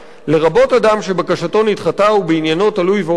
לרבות אדם שבקשתו נדחתה ובעניינו תלוי ועומד